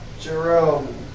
Jerome